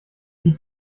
die